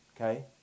okay